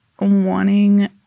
wanting